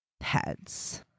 heads